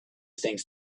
things